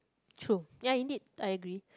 true ya indeed I agree